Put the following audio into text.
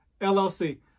LLC